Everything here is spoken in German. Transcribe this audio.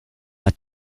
hat